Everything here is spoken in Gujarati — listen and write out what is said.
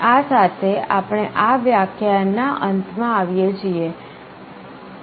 આ સાથે આપણે આ વ્યાખ્યાનના અંતમાં આવીએ છીએ